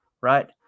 right